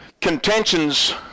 Contentions